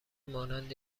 مانند